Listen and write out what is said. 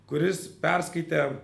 kuris perskaitė